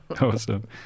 awesome